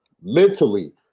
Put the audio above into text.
Mentally